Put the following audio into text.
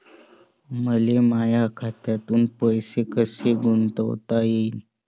मले माया खात्यातून पैसे कसे गुंतवता येईन?